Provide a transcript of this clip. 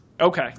Okay